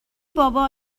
بابا